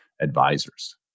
advisors